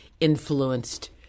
influenced